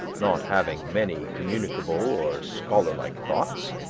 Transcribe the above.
not having many communicable or scholar-like thoughts,